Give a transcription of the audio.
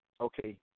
okay